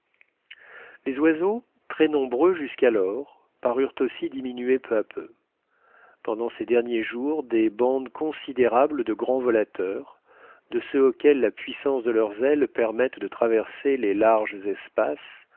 les oiseaux très nombreux jusqu'alors parurent aussi diminuer peu à peu pendant ces derniers jours des bandes considérables de grands volateurs de ceux auxquels la puissance de leurs ailes permettent de traverser les larges espaces